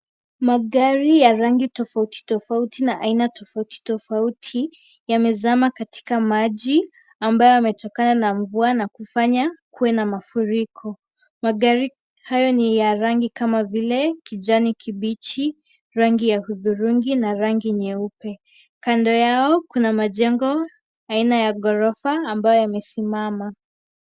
Magari ya rangi tofauti tofauti na aina tofauti tofauti yamezama katika maji ambayo yametokana na mvua na kufanya kuwe na mafuriko, magari haya ni ya rangi kama vile kijani kibichi , rangi ya udhurungi na rangi ya nyeupe na kando yao kuna majengo aina ya gorofa ambayo yamesimama.